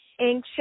anxious